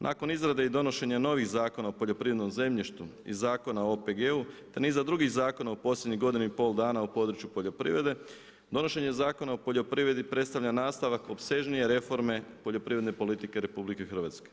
Nakon izrade i donošenja novih zakona o poljoprivrednom zemljištu i Zakona o OPG-u te niza drugih zakona u posljednjih godinu i pol dana u području poljoprivrede donošenje Zakona o poljoprivredi predstavlja nastavak opsežnije reforme poljoprivredne politike RH.